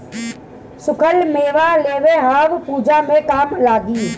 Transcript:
सुखल मेवा लेते आव पूजा में काम लागी